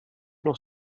noch